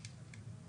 אם